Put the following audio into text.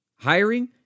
Hiring